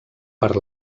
per